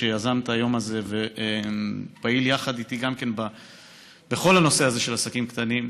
שיזם את היום הזה ופעיל יחד איתי גם כן בכל הנושא הזה של עסקים קטנים,